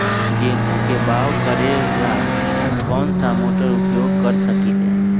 गेंहू के बाओ करेला हम कौन सा मोटर उपयोग कर सकींले?